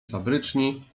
fabryczni